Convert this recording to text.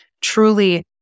truly